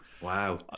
Wow